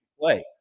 play